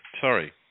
sorry